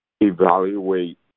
evaluate